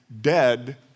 dead